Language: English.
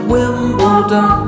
Wimbledon